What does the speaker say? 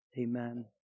amen